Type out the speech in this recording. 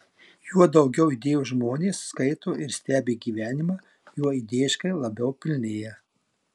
juo daugiau idėjos žmonės skaito ir stebi gyvenimą juo idėjiškai labiau pilnėja